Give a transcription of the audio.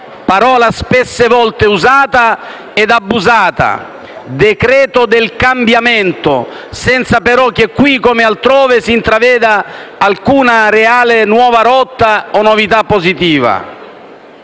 parola spesse volte usata ed abusata (decreto del cambiamento) senza però che qui, come altrove, si intraveda alcuna reale nuova rotta o novità positiva.